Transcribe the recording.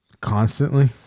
Constantly